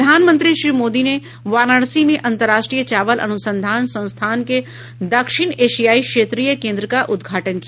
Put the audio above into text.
प्रधानमंत्री श्री मोदी ने वाराणसी में अन्तर्राष्ट्रीय चावल अनूसंधान संस्थान के दक्षिण एशियाई क्षेत्रीय केन्द्र का उद्घाटन किया